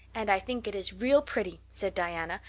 and i think it is real pretty, said diana,